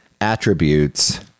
attributes